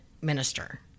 minister